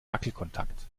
wackelkontakt